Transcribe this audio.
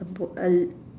a boat a